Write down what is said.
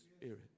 Spirit